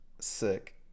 Sick